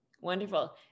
Wonderful